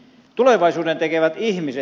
tulevaisuuden tekevät ihmiset